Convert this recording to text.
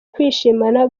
kwishimana